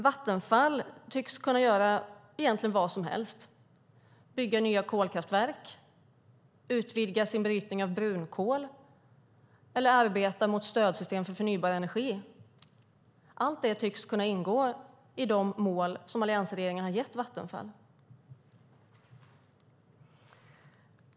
Vattenfall tycks kunna göra egentligen vad som helst, bygga nya kolkraftverk, utvidga sin brytning av brunkol eller arbeta mot stödsystem för förnybar energi. Allt detta tycks kunna ingå i de mål som alliansregeringen har gett Vattenfall.